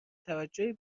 توجه